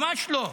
ממש לא.